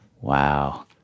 Wow